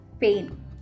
pain